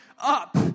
up